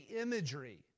imagery